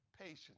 patience